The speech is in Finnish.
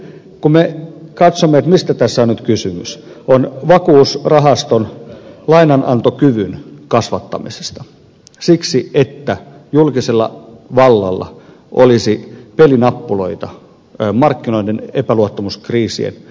kun me katsomme mistä tässä on nyt kysymys on kysymys vakuusrahaston lainanantokyvyn kasvattamisesta siksi että julkisella vallalla olisi pelinappuloita markkinoiden epäluottamuskriisien varalle